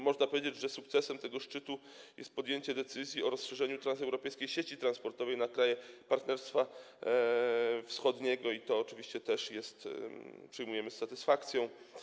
Można powiedzieć, że sukcesem tego szczytu jest podjęcie decyzji o rozszerzeniu transeuropejskiej sieci transportowej na kraje Partnerstwa Wschodniego, i to oczywiście przyjmujemy z satysfakcją.